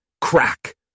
Crack